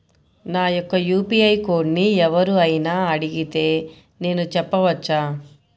నా యొక్క యూ.పీ.ఐ కోడ్ని ఎవరు అయినా అడిగితే నేను చెప్పవచ్చా?